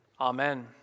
Amen